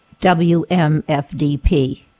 WMFDP